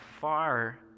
far